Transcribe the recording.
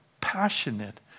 passionate